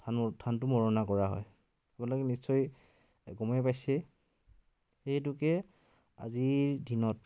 ধানৰ ধানটো মৰণা কৰা হয় আপোনালোকে নিশ্চয় গমেই পাইছে সেই হেতুকে আজিৰ দিনত